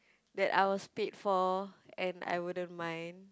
that I was paid for and I wouldn't mind